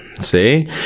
See